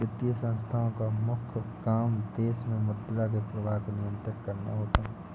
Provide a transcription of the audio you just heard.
वित्तीय संस्थानोँ का मुख्य काम देश मे मुद्रा के प्रवाह को नियंत्रित करना होता है